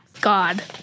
God